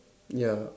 ya